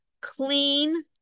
clean